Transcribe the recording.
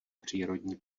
přírodní